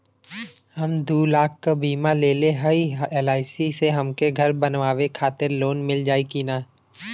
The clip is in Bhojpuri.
हम दूलाख क बीमा लेले हई एल.आई.सी से हमके घर बनवावे खातिर लोन मिल जाई कि ना?